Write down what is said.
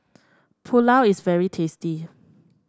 pulao is very tasty